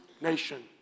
nation